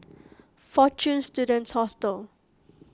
fortune Students Hostel